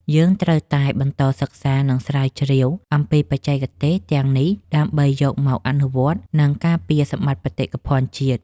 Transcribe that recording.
យើងត្រូវតែបន្តសិក្សា និង ស្រាវជ្រាវអំពីបច្ចេកទេសទាំងនេះដើម្បីយកមកអនុវត្ត និង ការពារសម្បត្តិបេតិកភណ្ឌជាតិ។